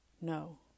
No